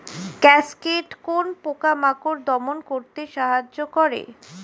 Cascade কোন পোকা মাকড় দমন করতে সাহায্য করে?